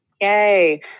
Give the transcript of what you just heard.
yay